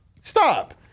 stop